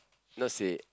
not say